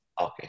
okay